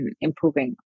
improving